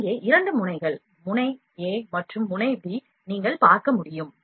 இங்கே இரண்டு முனைகள் முனை a மற்றும் முனை b நீங்கள் பார்க்க முடியும்